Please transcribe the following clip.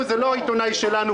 זה לא עיתונאי שלנו,